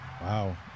Wow